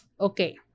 okay